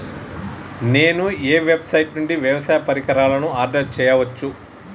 నేను ఏ వెబ్సైట్ నుండి వ్యవసాయ పరికరాలను ఆర్డర్ చేయవచ్చు?